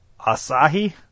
Asahi